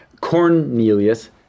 Cornelius